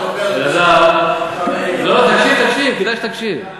לא, תקשיב, תקשיב, כדאי שתקשיב.